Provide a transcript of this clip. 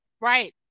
right